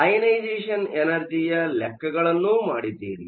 ionisation ಎನರ್ಜಿಯ ಲೆಕ್ಕಗಳನ್ನು ಮಾಡಿದ್ದಿರಿ